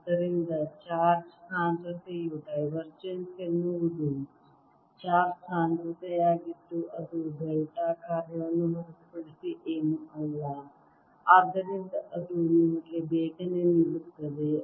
ಆದ್ದರಿಂದ ಚಾರ್ಜ್ ಸಾಂದ್ರತೆಯು ಡೈವರ್ಜೆನ್ಸ್ ಎನ್ನುವುದು ಚಾರ್ಜ್ ಸಾಂದ್ರತೆಯಾಗಿದ್ದು ಅದು ಡೆಲ್ಟಾ ಕಾರ್ಯವನ್ನು ಹೊರತುಪಡಿಸಿ ಏನೂ ಅಲ್ಲ ಆದ್ದರಿಂದ ಅದು ನಿಮಗೆ ಬೇಗನೆ ನೀಡುತ್ತದೆ